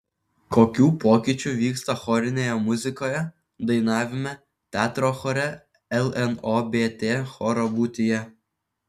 kokių pokyčių vyksta chorinėje muzikoje dainavime teatro chore lnobt choro būtyje